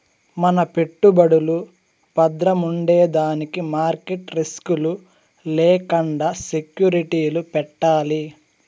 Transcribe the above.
మన పెట్టుబడులు బద్రముండేదానికి మార్కెట్ రిస్క్ లు లేకండా సెక్యూరిటీలు పెట్టాలి